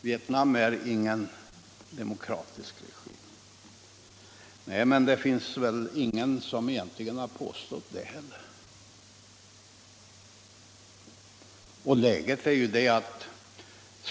Vietnam har ingen demokratisk regim. Nej, men det finns väl ingen som har påstått något annat.